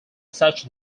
such